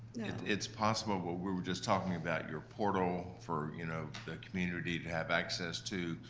it's possible, but we were just talking about your portal for you know the community to have access to,